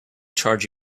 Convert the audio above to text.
charge